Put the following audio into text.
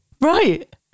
Right